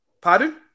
Pardon